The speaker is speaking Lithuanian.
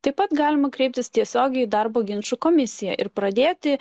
taip pat galima kreiptis tiesiogiai į darbo ginčų komisiją ir pradėti